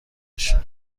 بشه